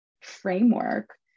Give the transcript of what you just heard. framework